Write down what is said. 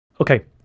Okay